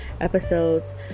episodes